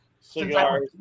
cigars